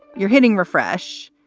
you're hitting refresh.